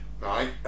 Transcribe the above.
Right